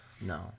No